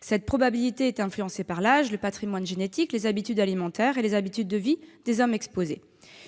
Cette probabilité est influencée par l'âge, le patrimoine génétique, les habitudes alimentaires et les habitudes de vie des hommes exposés.